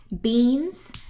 beans